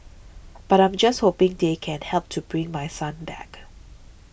but I'm just hoping they can help to bring my son back